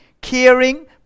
caring